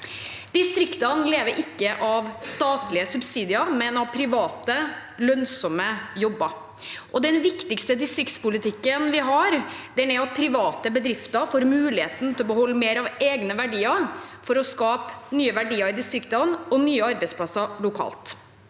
Distriktene lever ikke av statlige subsidier, men av private, lønnsomme jobber, og den viktigste distriktspolitikken vi har, er at private bedrifter får muligheten til å beholde mer av egne verdier for å skape nye verdier i distriktene og nye arbeidsplasser lokalt.